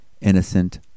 innocent